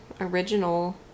original